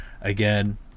again